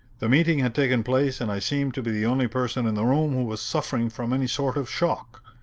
the meeting had taken place and i seemed to be the only person in the room who was suffering from any sort of shock.